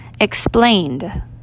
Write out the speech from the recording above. Explained